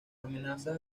amenazas